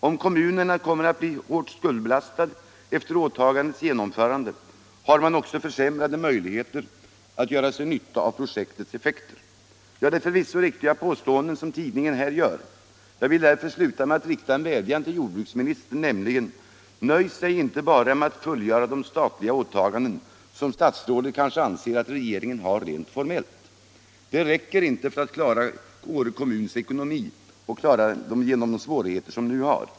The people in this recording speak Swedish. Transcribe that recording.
Om kommunen kommer att stå hårt skuldbelastad efter åtagandenas genomförande, har man också försämrade möjligheter att göra sig nytta av projektets effekter.” Ja, det är förvisso riktiga påståenden som tidningen här gör. Jag vill därför sluta med att rikta en vädjan till jordbruksministern, nämligen: Nöj sig inte bara med att fullgöra de statliga åtagandena, vilket statsrådet kanske anser att regeringen har rent formellt. Det räcker inte för att klara Åre kommuns ekonomi och klara den genom de svårigheter, som den nu har.